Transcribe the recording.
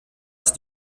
ist